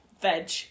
veg